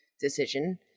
decision